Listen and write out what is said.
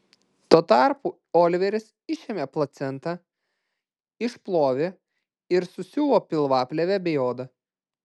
tuo tarpu oliveris išėmė placentą išplovė ir susiuvo pilvaplėvę bei odą